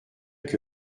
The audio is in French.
que